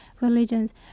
religions